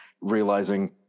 realizing